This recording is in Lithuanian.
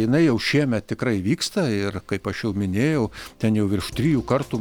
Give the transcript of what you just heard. jinai jau šiemet tikrai vyksta ir kaip aš jau minėjau ten jau virš trijų kartų